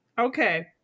Okay